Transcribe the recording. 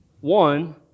one